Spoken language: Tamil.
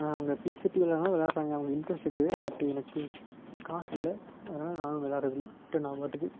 ஆனால் அவங்க ஃபீஸ் கட்டி விள்ளாடுறவங்களும் விள்ளாடுறாங்க அவங்க இன்ட்ரஸ்ட்டிருக்கு பட்டு எனக்கு காசு இல்லை அதனால் நானும் விள்ளாடுறது இல்லை நான் பாட்டுக்கு